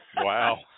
Wow